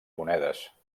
monedes